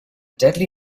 deadly